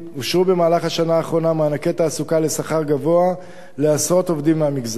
אושרו במהלך השנה האחרונה מענקי תעסוקה לשכר גבוה לעשרות עובדים מהמגזר.